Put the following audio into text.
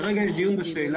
כרגע יש דיון בשאלה,